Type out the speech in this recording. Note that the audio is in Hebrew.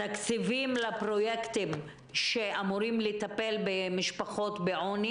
תקציבים לפרויקטים שאמורים לטפל במשפחות בעוני